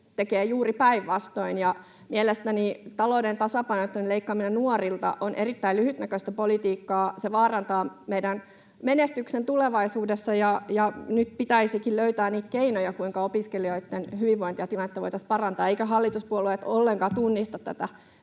tekevät juuri päinvastoin. Mielestäni talouden tasapainottaminen leikkaamalla nuorilta on erittäin lyhytnäköistä politiikkaa. Se vaarantaa meidän menestyksen tulevaisuudessa. Nyt pitäisikin löytää niitä keinoja, kuinka opiskelijoitten hyvinvointia ja tilannetta voitaisiin parantaa, eivätkä hallituspuolueet ollenkaan tunnista tätä